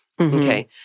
okay